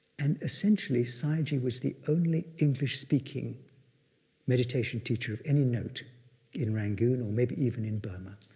and essentially sayagyi was the only english-speaking meditation teacher of any note in rangoon, or maybe even in burma.